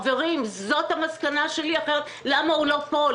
חברים, זאת המסקנה שלי, אחרת למה הוא פה?